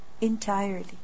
entirely